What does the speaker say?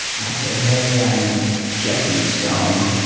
i say hey i'm jesse stone.